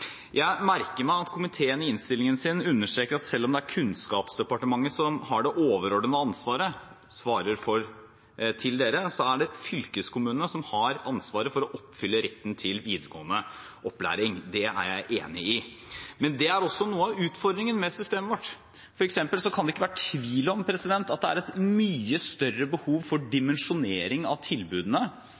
Jeg merker meg at komiteen i innstillingen sin understreker at selv om det er Kunnskapsdepartementet som har det overordnede ansvaret overfor Stortinget, er det fylkeskommunene som har ansvaret for å oppfylle retten til videregående opplæring. Det er jeg enig i. Men det er også noe av utfordringen med systemet vårt. For eksempel kan det ikke være tvil om at det er et mye større behov for dimensjonering av tilbudene